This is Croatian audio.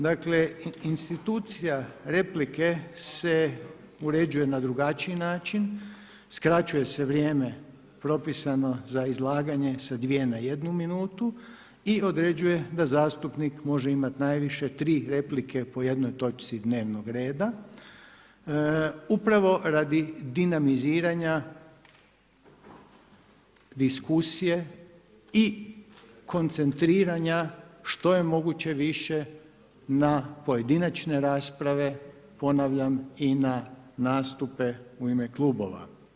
Dakle, institucija replike se uređuje na drugačiji način, skraćuje se vrijeme propisano za izlaganje sa dvije na jednu minutu i određuje da zastupnik može imati najviše tri replike po jednoj točci dnevnog reda upravo radi dinamiziranja diskusije i koncentriranja što je moguće više na pojedinačne rasprave ponavljam i na nastupe u ime klubova.